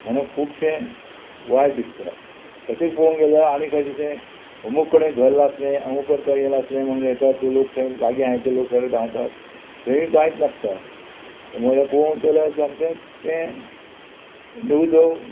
म्हणून खुबशें वायट दिसता अशें पोवंक गेल्यार आनी खंयचे तें अमूक कडेन घर लासलें अमूकडेन हें लासलें म्हणून येता तूं लोक थंय लागीं आहाय ते लोक सगळे धांवतात थंय कांयच नासता म्हळ्यार पोवंक गेल्यार समतें तें न्यूज हो